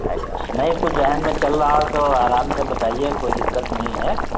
اچھا نہیں کچھ ذہن میں چل رہا ہو تو آرام سے بتائیے کوئی دقت نہیں ہے